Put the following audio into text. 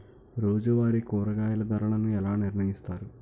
రోజువారి కూరగాయల ధరలను ఎలా నిర్ణయిస్తారు?